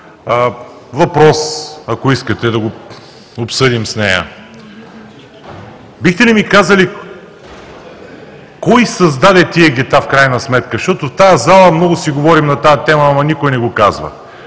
въпрос, ако искате, да го обсъдим с нея. Бихте ли ми казали кой създаде тези гета в крайна сметка, защото в тази зала много си говорим на тази тема, но никой не го казва?